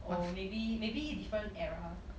oh maybe maybe different era